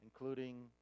including